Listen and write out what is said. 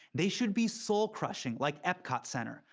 they should be soul-crushing like epcot center.